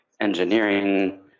engineering